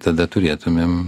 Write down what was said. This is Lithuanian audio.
tada turėtumėm